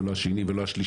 גם לא השני או השלישי,